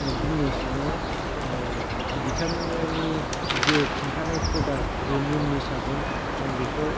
बुंनो सानो बिथांनि जे खिनथानाय प्रदाग बे निमनि साफुन आं बेखौ